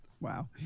Wow